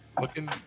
looking